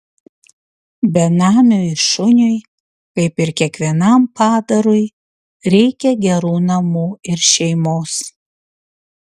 benamiui šuniui kaip ir kiekvienam padarui reikia gerų namų ir šeimos